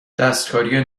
دستکاری